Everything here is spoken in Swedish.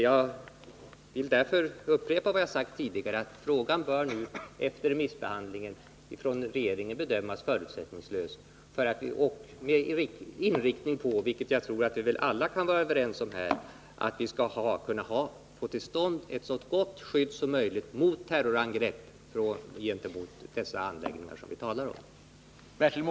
Jag vill därför upprepa det jag sagt tidigare, nämligen att frågan bör, efter remissbehandlingen, bedömas förutsättningslöst av regeringen och med inriktning på — vilket jag tror att vi alla kan vara överens om =— att vi skall kunna få till stånd ett så gott skydd som möjligt mot terrorangrepp gentemot de anläggningar vi talar om.